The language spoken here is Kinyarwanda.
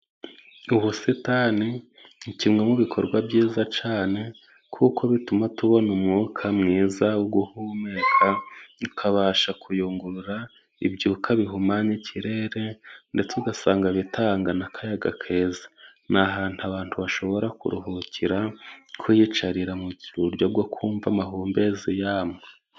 Ubusitani ni kimwe mu bikorwa byiza cyane kuko bituma tubona umwuka mwiza wo guhumeka bikabasha kuyungurura ibyuka bihumanya ikirere ndetse ugasanga bitanga n'akayaga keza. Ni ahantu abantu bashobora kuruhukira, kwiyicarira ,mu buryo bwo kumva amahumbezi yabwo.